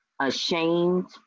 ashamed